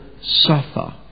suffer